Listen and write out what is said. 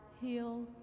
heal